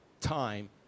time